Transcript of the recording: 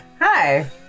Hi